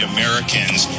Americans